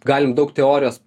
galim daug teorijos